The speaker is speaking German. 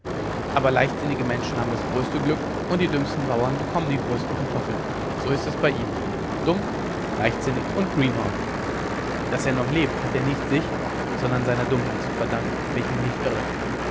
aber leichtsinnige menschen haben das größte glück und die dümmsten bauern bekommen die größten kartoffeln so ist es bei ihm dumm leichtsinnig und greenhorn daß er noch lebt hat er nicht sich sondern seiner dummheit zu verdanken wenn ich mich nicht irre